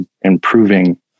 improving